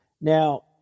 Now